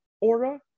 aura